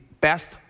best